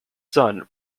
son